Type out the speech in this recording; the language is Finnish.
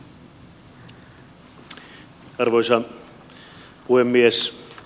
arvoisa puhemies